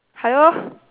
hello